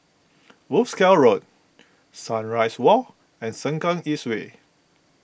Wolskel Road Sunrise Walk and Sengkang East Way